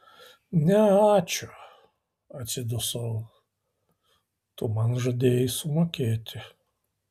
ne ačiū atsidusau tu man žadėjai sumokėti